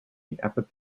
epithet